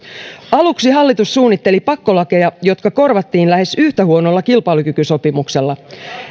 aluksi hallitus suunnitteli pakkolakeja jotka korvattiin lähes yhtä huonolla kilpailukykysopimuksella